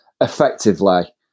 effectively